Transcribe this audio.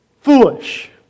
foolish